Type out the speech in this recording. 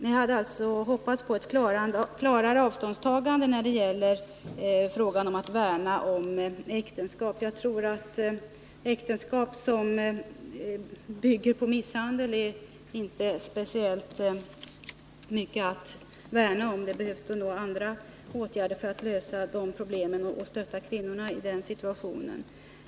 Jag hade alltså hoppats på ett klarare avståndstagande när det gäller frågan om att värna om äktenskap. Jag tror att äktenskap som bygger på misshandel inte är speciellt mycket att värna om — då behövs det nog andra åtgärder för att lösa problemen och stötta kvinnorna i den situationen.